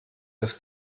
das